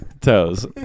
Toes